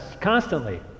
constantly